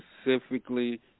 specifically